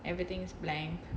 everything's blank